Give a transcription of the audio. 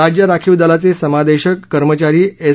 राज्य राखीव दलाचे समादेशक कर्मचारी एस